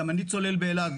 גם אני צולל באילת,